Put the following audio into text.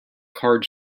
card